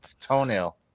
toenail